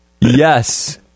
Yes